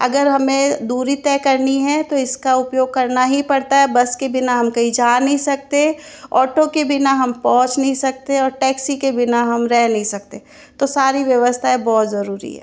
अगर हमें दूरी तय करनी है तो इसका उपयोग करना ही पड़ता है बस के बिना हम कहीं जा नहीं सकते ऑटो के बिना हम पहुँच नहीं सकते और टैक्सी के बिना हम रह नहीं सकते तो सारी व्यवस्थाएं बहुत ज़रूरी हैं